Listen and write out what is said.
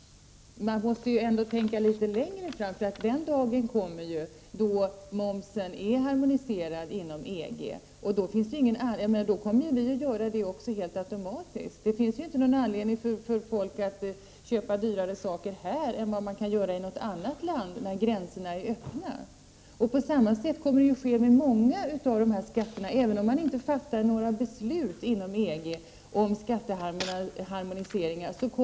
Man måste ändå tänka litet längre fram. Den dagen kommer ju då momsen är harmoniserad inom EG, och då kommer vi att ansluta oss helt automatiskt. Det finns inte någon anledning för folk att köpa dyrare saker här än vad man kan göra i ett annat land, när gränserna är öppna. På samma sätt kommer det att ske med många av våra skatter, även om det inte fattas några beslut inom EG om skatteharmonisering.